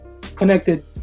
connected